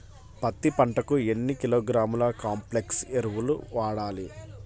పత్తి పంటకు ఎన్ని కిలోగ్రాముల కాంప్లెక్స్ ఎరువులు వాడాలి?